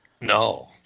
No